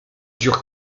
dure